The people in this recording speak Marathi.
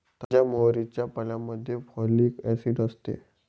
ताज्या मोहरीच्या पाल्यामध्ये फॉलिक ऍसिड असते